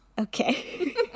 Okay